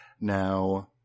now